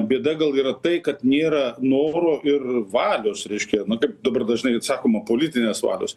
bėda gal yra tai kad nėra noro ir valios reiškia na kaip dabar dažnai sakoma politinės valios